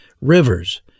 rivers